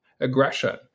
aggression